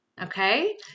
Okay